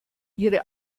ihre